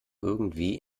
irgendwie